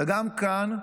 וגם כאן,